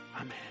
Amen